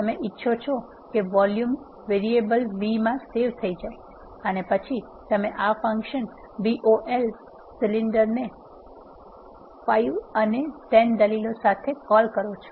તમે ઇચ્છો છો કે વોલ્યુમ વેરિયેબલ v માં સેવ થઈ જાય અને પછી તમે આ ફંકશન vol સિલિન્ડર ને 5 અને 10 દલીલો સાથે કોલ કરો છો